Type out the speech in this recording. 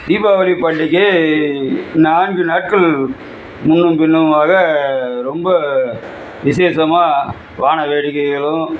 தீபாவளி பண்டிகை நான்கு நாட்கள் முன்னும் பின்னுமாக ரொம்ப விசேஷமாக வான வேடிக்கைகளும்